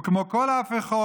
וכמו כל ההפיכות,